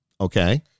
Okay